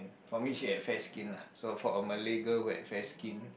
for me has fair skin lah so for a Malay girl who have fair skin